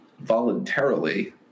voluntarily